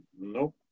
Nope